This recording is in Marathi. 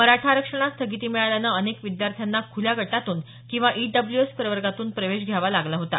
मराठा आरक्षणास स्थगिती मिळाल्यानं अनेक विद्यार्थ्यांना खुल्या गटातून किंवा इडब्ल्यूएस प्रवगार्तून प्रवेश घ्यावा लागला होता